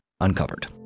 uncovered